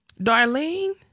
Darlene